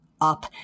up